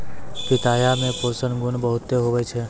पिताया मे पोषण गुण बहुते हुवै छै